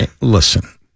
Listen